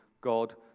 God